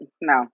No